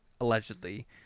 allegedly